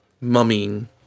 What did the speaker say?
mumming